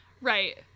Right